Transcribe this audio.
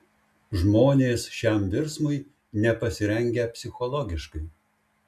žmonės šiam virsmui nepasirengę psichologiškai